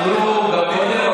אמרו גם קודם,